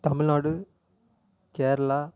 Tamil Nadu Kerala